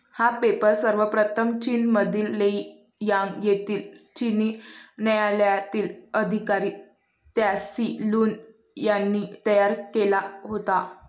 हा पेपर सर्वप्रथम चीनमधील लेई यांग येथील चिनी न्यायालयातील अधिकारी त्साई लुन यांनी तयार केला होता